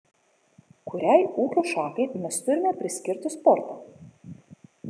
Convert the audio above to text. kuriai ūkio šakai mes turime priskirti sportą